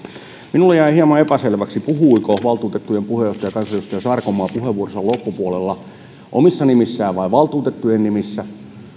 minulle jäi hieman epäselväksi puhuiko valtuutettujen puheenjohtaja kansanedustaja sarkomaa puheenvuoronsa loppupuolella omissa nimissään vai valtuutettujen nimissä